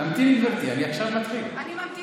תמתיני, גברתי, אני עכשיו מתחיל.